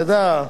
אתה יודע,